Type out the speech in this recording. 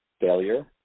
failure